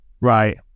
Right